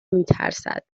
میترسند